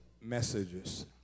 messages